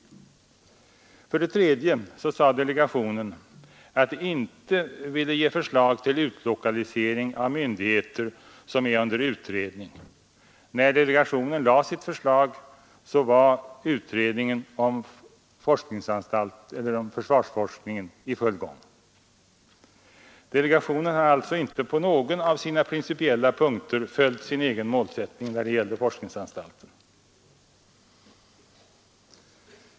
För det tredje sade delegationen att man inte ville ge förslag till utlokalisering av myndigheter som är föremål för utredning. När delegationen framlade sitt förslag var utredningen om försvarsforskningen i full gång. Delegationen har alltså inte på någon av sina principiella punkter följt sin egen målsättning när det gäller forskningsanstalten.